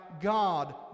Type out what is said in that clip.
God